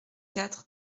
quatre